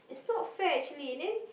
it's not fair actually and then